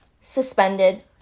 Suspended